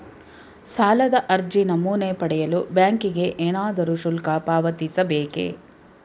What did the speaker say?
ಸಾಲದ ಅರ್ಜಿ ನಮೂನೆ ಪಡೆಯಲು ಬ್ಯಾಂಕಿಗೆ ಏನಾದರೂ ಶುಲ್ಕ ಪಾವತಿಸಬೇಕೇ?